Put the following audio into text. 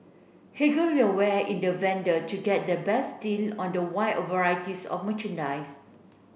haggle your way in the vendor to get the best deal on the wide varieties of merchandise